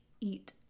eat